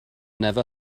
never